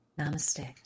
Namaste